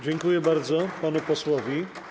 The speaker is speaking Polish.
Dziękuję bardzo panu posłowi.